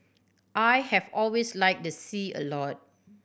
I have always like the sea a lot